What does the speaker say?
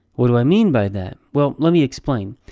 what do i mean by that? well, let me explain.